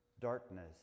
Darkness